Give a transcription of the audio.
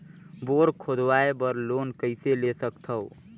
Bore खोदवाय बर loan कइसे ले सकथव?